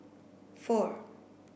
four